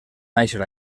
nàixer